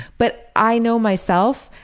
but i know myself,